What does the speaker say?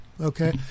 Okay